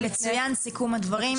סיכום הדברים,